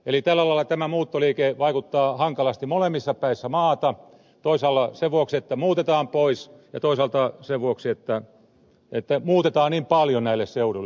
eli tällä lailla tämä muuttoliike vaikuttaa hankalasti molemmissa päissä maata toisaalla sen vuoksi että muutetaan pois ja toisaalta sen vuoksi että muutetaan niin paljon näille seuduille